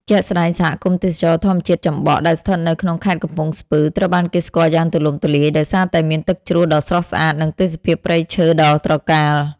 ជាក់ស្ដែង សហគមន៍ទេសចរណ៍ធម្មជាតិចំបក់ ដែលស្ថិតនៅក្នុងខេត្តកំពង់ស្ពឺ ត្រូវបានគេស្គាល់យ៉ាងទូលំទូលាយដោយសារតែមានទឹកជ្រោះដ៏ស្រស់ស្អាត និងទេសភាពព្រៃឈើដ៏ត្រកាល។